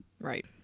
Right